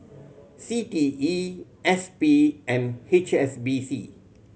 C T E S P and H S B C